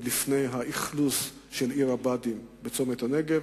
לפני האכלוס של עיר הבה"דים בצומת הנגב,